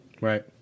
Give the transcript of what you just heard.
Right